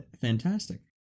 fantastic